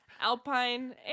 Alpine